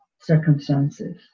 circumstances